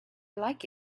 like